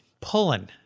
pulling